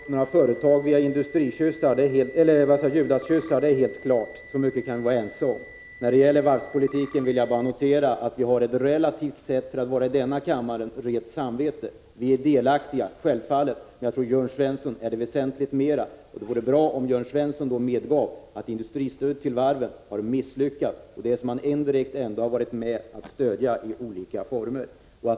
Fru talman! Inte bygger vi upp några företag via Judaskyssar, det är helt klart. Så mycket kan vi vara ense om. När det gäller varvspolitiken vill jag bara notera att vi för att vara i denna kammare har rent samvete. Vi är delaktiga, självfallet, men jag tror att Jörn Svensson är det väsentligt mera. Det vore bra om Jörn Svensson då medgav att industristödet till varven var misslyckat och att han indirekt varit med om att ge detta stöd i olika former.